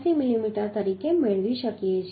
87 millimetre તરીકે મેળવી શકે છે